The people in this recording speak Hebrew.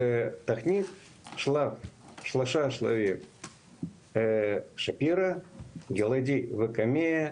והתוכנית בשלושה שלבים, שפירא, גלעדי וקמ"ע,